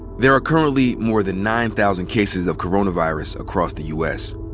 there are currently more than nine thousand cases of coronavirus across the u. s.